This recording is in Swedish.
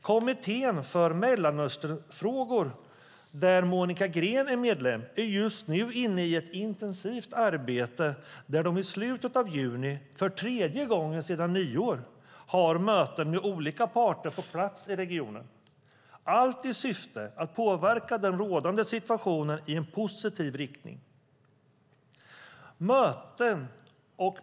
Kommittén för Mellanösternfrågor, där Monica Green är medlem, är just nu inne i ett intensivt arbete där de i slutet av juni, för tredje gången sedan nyår, har möten med olika parter på plats i regionen, allt i syfte att påverka den rådande situationen i en positiv riktning.